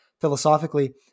philosophically